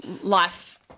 life